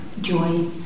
joy